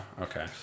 Okay